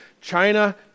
China